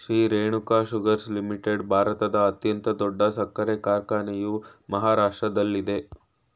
Shri Renuka sugars limited ಭಾರತದ ಅತ್ಯಂತ ದೊಡ್ಡ ಸಕ್ಕರೆ ಕಾರ್ಖಾನೆಯು ಮಹಾರಾಷ್ಟ್ರದಲ್ಲಯ್ತೆ